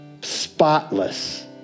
spotless